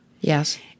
Yes